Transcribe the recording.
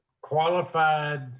qualified